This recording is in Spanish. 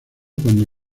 cuando